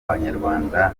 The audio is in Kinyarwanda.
abanyarwanda